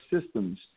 systems